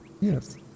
Yes